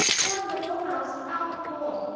turn that dormouse out of court!